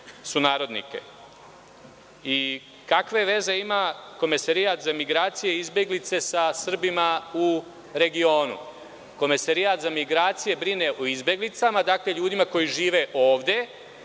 sunarodnike. Kakve veze ima Komesarijat za migracije i izbeglice sa Srbima u regionu? Komesarijat za migracije brine o izbeglicama, dakle o ljudima koji žive ovde